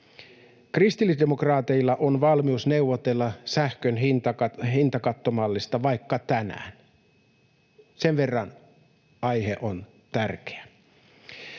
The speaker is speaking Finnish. Kristillisdemokraateilla on valmius neuvotella sähkön hintakattomallista vaikka tänään, sen verran aihe on tärkeä.